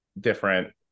different